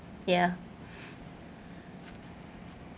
ya